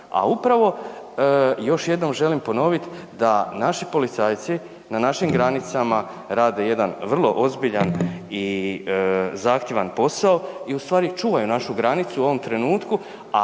A upravo još jednom želim ponovit da naši policajci na našim granicama rade jedan vrlo ozbiljan i zahtjevan posao i ustvari čuvaju našu granicu u ovom trenutku.